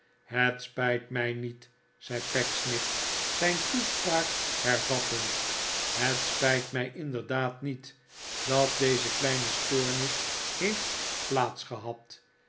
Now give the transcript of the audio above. het spijt mij niet zei pecksniff zijn toespraak hervattend het spijt mij inderdaad niet dat deze kleine stoornis heeft